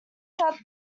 shut